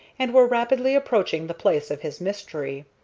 and were rapidly approaching the place of his mystery.